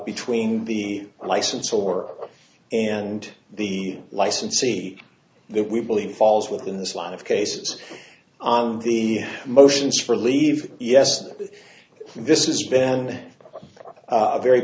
between the license or and the licensee that we believe falls within this line of cases on the motions for leave yes this is ben a very